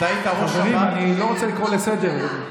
אתה יודע בדיוק למה אני מחזיקה את הטלפון.